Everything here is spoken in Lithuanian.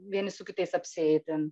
vieni su kitais apsieiti